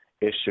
Issue